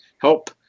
help